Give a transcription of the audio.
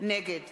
נגד